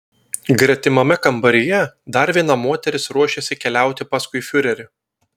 gretimame kambaryje dar viena moteris ruošėsi keliauti paskui fiurerį